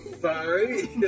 Sorry